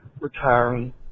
retiring